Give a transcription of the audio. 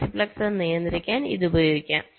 multiplexer നിയന്ത്രിക്കാൻ ഇത് ഉപയോഗിക്കാം